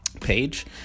page